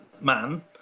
man